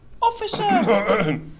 Officer